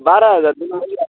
बाह्र हजार दिनु